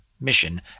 mission